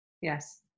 Yes